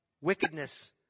wickedness